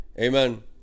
Amen